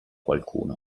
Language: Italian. qualcuno